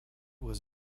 was